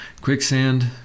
quicksand